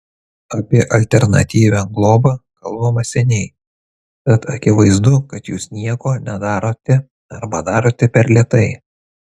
apie alternatyvią globą kalbama seniai tad akivaizdu kad jūs nieko nedarote arba darote per lėtai